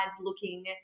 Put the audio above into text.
looking